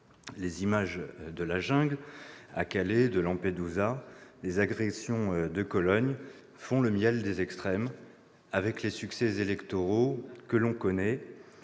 Les images de la jungle de Calais et de Lampedusa ou les agressions de Cologne font le miel des extrêmes, et conduisent aux succès électoraux que l'on connaît,